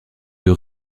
deux